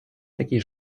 такі